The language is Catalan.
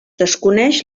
desconeix